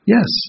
Yes